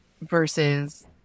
versus